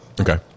Okay